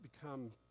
become